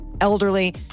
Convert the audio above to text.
elderly